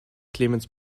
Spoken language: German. clemens